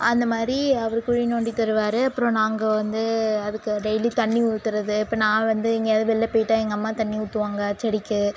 அந்த மாதிரி அவர் குழி நோண்டி தருவார் அப்புறம் நாங்கள் வந்து அதுக்கு டெய்லி தண்ணி ஊற்றுறது இப்போ நான் வந்து எங்கேயாவது வெளில போயிட்டால் எங்கள் அம்மா தண்ணி ஊற்றுவாங்க செடிக்கு